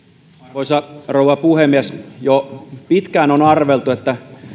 arvoisa rouva puhemies jo pitkään on arveltu että